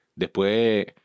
Después